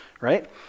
Right